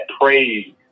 praise